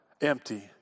empty